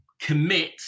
Commit